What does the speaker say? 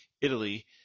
Italy